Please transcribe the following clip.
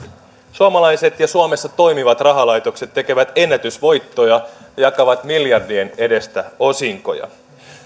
suomalaiset ja suomessa toimivat rahalaitokset tekevät ennätysvoittoja jakavat miljardien edestä osinkoja